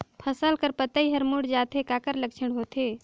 फसल कर पतइ हर मुड़ जाथे काकर लक्षण होथे?